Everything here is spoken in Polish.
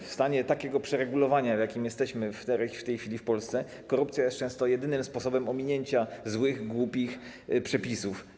W stanie takiego przeregulowania, w jakim jesteśmy w tej chwili w Polsce, korupcja jest często jedynym sposobem ominięcia złych, głupich przepisów.